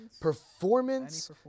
performance